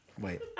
Wait